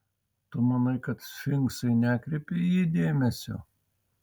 tu manai kad sfinksai nekreipia į jį dėmesio